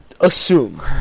assume